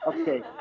Okay